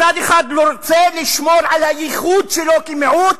מצד אחד רוצה לשמור על הייחוד שלו כמיעוט,